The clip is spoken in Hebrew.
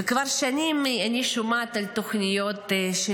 וכבר שנים אני שומעת על תוכניות של